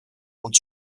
und